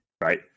right